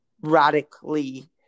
Radically